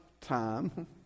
time